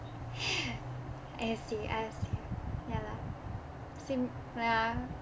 I see I see ya lah same ya